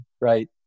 right